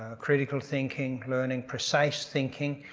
critical thinking, learning precise thinking.